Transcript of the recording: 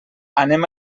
anem